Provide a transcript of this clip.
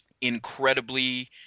incredibly